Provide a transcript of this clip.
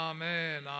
Amen